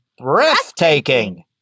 Breathtaking